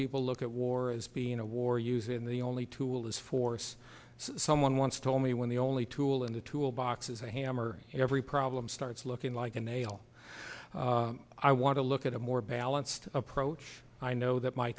people look at war as being a war use in the only tool is force someone once told me when the only tool in the tool box is a hammer every problem starts looking like a nail i want to look at a more balanced approach i know that my